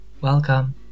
welcome